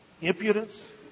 Impudence